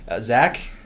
Zach